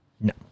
No